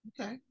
Okay